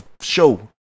show